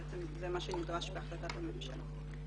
שזה בעצם מה שנדרש בהחלטת הממשלה.